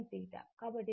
కాబట్టి అది X X1 X2